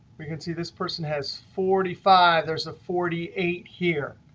we can see this person has forty five. there's a forty eight here.